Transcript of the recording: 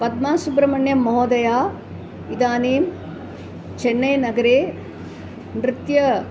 पद्मासुब्रमण्यं महोदया इदानीं चन्नै नगरे नृत्य